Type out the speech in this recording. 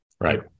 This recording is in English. Right